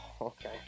Okay